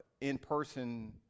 in-person